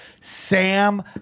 SAM